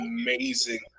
amazing